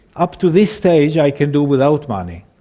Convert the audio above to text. up to this stage i can do without money.